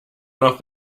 noch